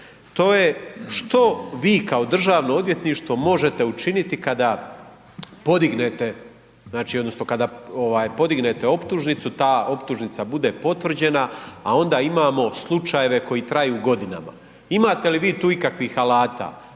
to je što vi kao Državno odvjetništvo možete učiniti kada podignete odnosno kada podignete optužnicu ta optužnica bude potvrđena, a onda imamo slučajeve koji traju godinama, imate li vi tu ikakvih alata,